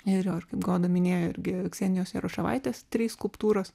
ir jo ir kaip goda minėjo irgi ksenijos jaroševaitės trys skulptūros